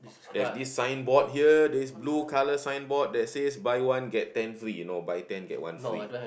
there's this sign board here this blue color sign board that says buy one get ten free no buy ten get one free